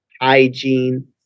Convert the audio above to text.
hygiene